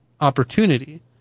opportunity